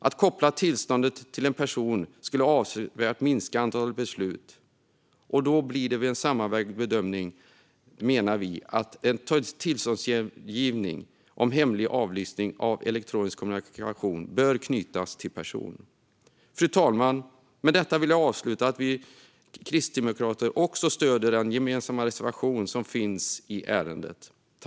Att koppla tillståndet till en person skulle avsevärt minska antalet beslut, och vid en sammanvägd bedömning menar vi därför att tillståndsgivning om hemlig avlyssning av elektronisk kommunikation bör knytas till person. Fru talman! Jag vill avsluta med att säga att vi kristdemokrater stöder den gemensamma reservation som finns i ärendet.